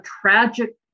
tragic